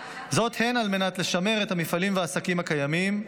הן על מנת לשמר את המפעלים ואת העסקים הקיימים,